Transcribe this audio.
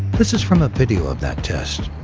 this is from a video of that test,